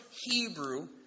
Hebrew